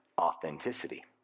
authenticity